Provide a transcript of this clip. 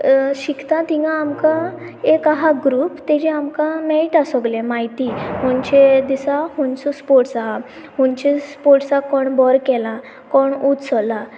शिकता थंय आमकां एक आसा ग्रूप ताचेर आमकां मेळटा सगलें म्हायती खंयचे दिसा खंयचो स्पोर्ट्स आसा खंयचे स्पोर्ट्साक कोण बरें केलां कोण उंच सरलां